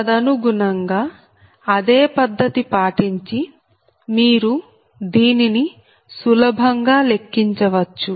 తదనుగుణంగా అదే పద్ధతి పాటించి మీరు దీనిని సులభంగా లెక్కించవచ్చు